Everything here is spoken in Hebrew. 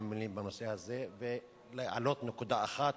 מלים בנושא הזה ולהעלות נקודה אחת,